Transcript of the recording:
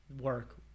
work